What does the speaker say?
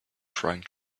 trying